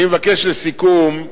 לסיכום,